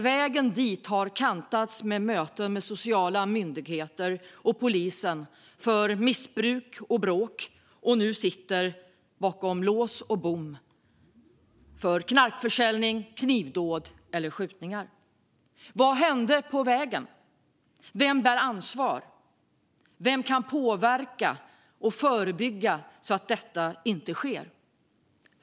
Vägen dit har kantats av möten med sociala myndigheter och polis på grund av missbruk och bråk, och nu sitter individen bakom lås och bom för knarkförsäljning, knivdåd eller skjutningar. Vad hände på vägen? Vem bär ansvar? Vem kan påverka och förebygga så att detta inte sker?